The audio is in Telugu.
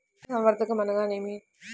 పశుసంవర్ధకం అనగా ఏమి?